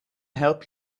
help